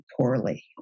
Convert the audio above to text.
poorly